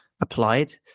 applied